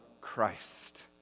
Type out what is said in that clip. Christ